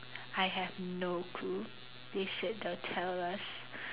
I have no clue they said they'll tell us